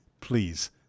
Please